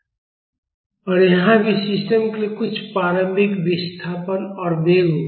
और यहाँ भी सिस्टम के लिए कुछ प्रारंभिक विस्थापन और वेग होगा